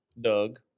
Doug